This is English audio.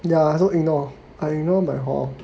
ya I also ignore I ignore my hall